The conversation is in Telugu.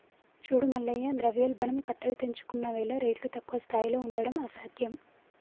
చూడు మల్లయ్య ద్రవ్యోల్బణం కట్టలు తెంచుకున్నవేల రేట్లు తక్కువ స్థాయిలో ఉండడం అసాధ్యం